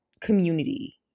community